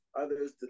others